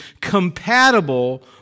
compatible